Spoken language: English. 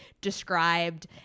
described